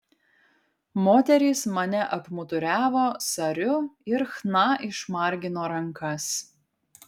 moterys mane apmuturiavo sariu ir chna išmargino rankas